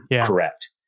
Correct